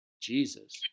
Jesus